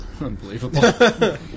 Unbelievable